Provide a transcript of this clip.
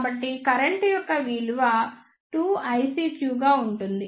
కాబట్టి కరెంట్ యొక్క ఈ విలువ 2 ICQ గా ఉంటుంది